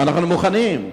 אנחנו מוכנים.